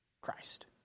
Christ